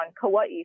Kauai